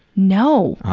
no. oh.